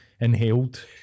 inhaled